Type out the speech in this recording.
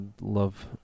love